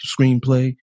screenplay